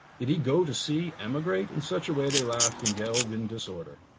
did he go to see emigrate? in such a way they laughed and yelled in disorder.